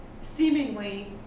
seemingly